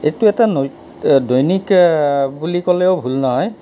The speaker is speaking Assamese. এইটো এটা নৈ আধুনিক বুলিও ক'লে ভুল নহয়